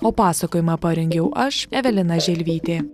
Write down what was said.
o pasakojimą parengiau aš evelina želvytė